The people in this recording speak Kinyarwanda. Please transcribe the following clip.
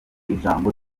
ijambo